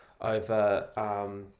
over